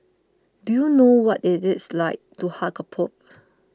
do you know what it is like to hug a pope